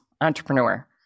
entrepreneur